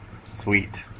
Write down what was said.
Sweet